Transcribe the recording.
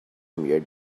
mirrored